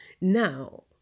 Now